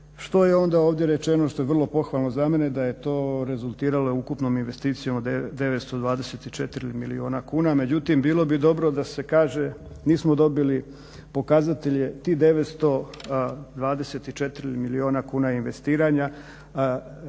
što je onda ovdje rečeno što je vrlo pohvalno za mene da je to rezultiralo ukupnom investicijom od 924 milijuna kuna. Međutim, bilo bi dobro da se kaže nismo dobili pokazatelje tih 924 milijuna kuna investiranja